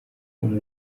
umuntu